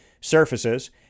surfaces